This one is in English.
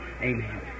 Amen